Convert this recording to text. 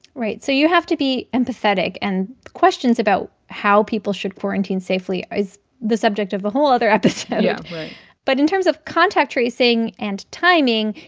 right. so you have to be empathetic. and questions about how people should quarantine safely is the subject of a whole other episode yeah. right but in terms of contact tracing and timing,